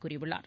கூறியுள்ளார்